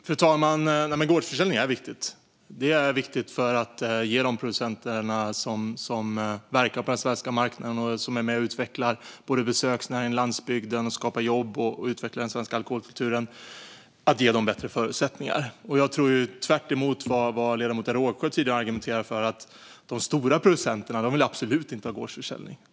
Fru talman! Gårdsförsäljning är viktigt, bland annat för att ge producenter som verkar på den svenska marknaden och som är med och utvecklar besöksnäring och landsbygd, skapar jobb och utvecklar den svenska alkoholkulturen bättre förutsättningar. Tvärtemot vad ledamoten Rågsjö argumenterade för tror jag att de stora producenterna absolut inte vill se gårdsförsäljning.